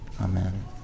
Amen